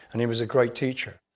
and he was a great teacher.